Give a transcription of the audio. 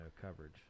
coverage